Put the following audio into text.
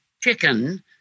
Chicken